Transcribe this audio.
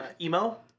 emo